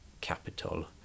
capital